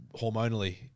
hormonally